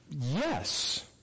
Yes